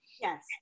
Yes